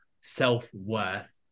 self-worth